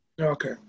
Okay